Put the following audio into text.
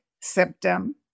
symptom